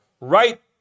right